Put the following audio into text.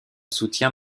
soutien